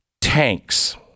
tanks